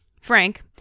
Frank